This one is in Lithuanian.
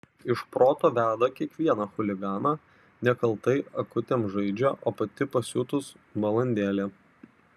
iš proto veda kiekvieną chuliganą nekaltai akutėm žaidžia o pati pasiutus balandėlė